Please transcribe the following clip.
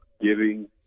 giving